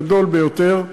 גדול ביותר,